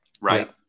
right